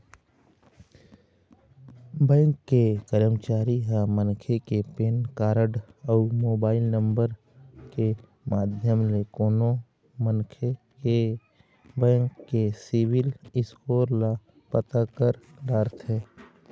bank के करमचारी ह मनखे के पेन कारड अउ मोबाईल नंबर के माध्यम ले कोनो मनखे के बेंक के सिविल स्कोर ल पता कर डरथे